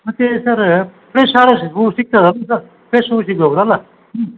ಮತ್ತು ಸರ ಫ್ರೆಶ್ ಹೂವು ಸಿಗ್ತದಲ್ಲ ಸರ್ ಫ್ರೆಶ್ ಹೂವು ಸಿಗ್ಬೋದಲ್ಲ ಹ್ಞೂ